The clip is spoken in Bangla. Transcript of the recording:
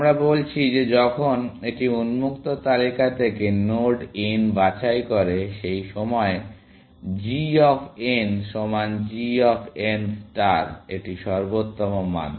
আমরা বলছি যে যখন এটি উন্মুক্ত তালিকা থেকে নোড n বাছাই করে সেই সময়ে g অফ n সমান g অফ n ষ্টার এটি সর্বোত্তম মান